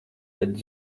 bet